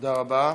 תודה רבה.